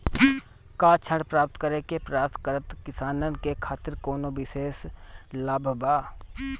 का ऋण प्राप्त करे के प्रयास करत किसानन के खातिर कोनो विशेष लाभ बा